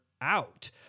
out